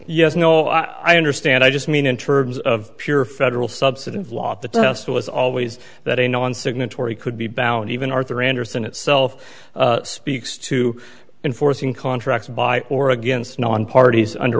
yes no i understand i just mean in terms of pure federal subsidy of lot the test was always that a no one signatory could be bound even arthur andersen itself speaks to enforcing contracts by or against known parties under